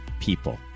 people